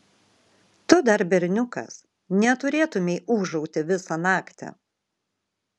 tu dar berniukas neturėtumei ūžauti visą naktį